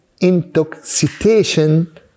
intoxication